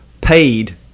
paid